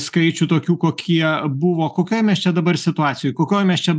skaičių tokių kokie buvo kokioj mes čia dabar situacijoj kokioj mes čia